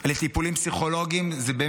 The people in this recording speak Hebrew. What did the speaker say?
לטיפולים פסיכולוגיים זה,